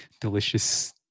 delicious